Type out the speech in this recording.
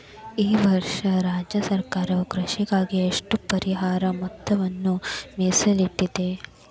ಈ ವರ್ಷ ರಾಜ್ಯ ಸರ್ಕಾರವು ಕೃಷಿಗಾಗಿ ಎಷ್ಟು ಪರಿಹಾರ ಮೊತ್ತವನ್ನು ಮೇಸಲಿಟ್ಟಿದೆ?